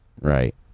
Right